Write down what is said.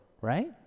right